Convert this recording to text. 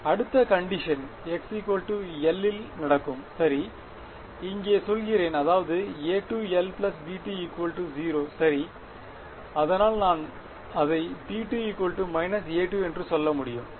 அடுத்த condition x l ல் நடக்கும் சரி இங்கே சொல்கிறேன் அதாவது A2l B2 0 சரி அதனால் நான் அதை B2 A2 என்று சொல்ல முடியும் சரி